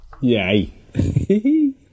Yay